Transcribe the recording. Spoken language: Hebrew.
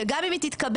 שגם אם היא תתקבל,